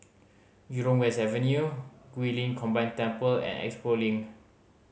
Jurong West Avenue Guilin Combined Temple and Expo Link